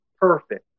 perfect